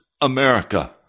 America